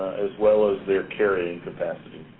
as well as their carrying capacity.